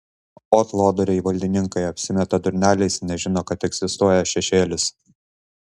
ot lodoriai valdininkai apsimeta durneliais nežino kad egzistuoja šešėlis